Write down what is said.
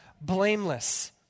blameless